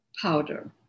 powder